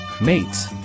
Mates